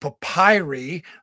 papyri